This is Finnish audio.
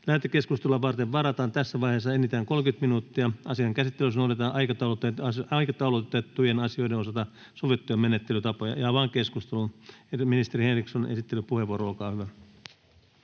Lähetekeskustelua varten varataan tässä vaiheessa enintään 30 minuuttia. Asian käsittelyssä noudatetaan aikataulutettujen asioiden osalta sovittuja menettelytapoja. — Avaan keskustelun. Ministeri Henriksson, esittelypuheenvuoro, olkaa hyvä.